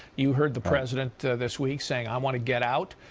you heard the president this week saying i want to get out,